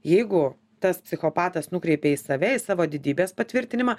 jeigu tas psichopatas nukreipia į save į savo didybės patvirtinimą